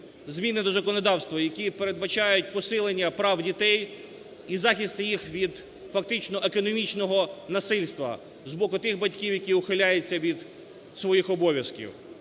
зміни до законодавства, які передбачають посилення прав дітей і захист їх від фактично економічного насильства з боку тих батьків, які ухиляються від своїх обов'язків.